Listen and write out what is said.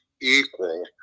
equal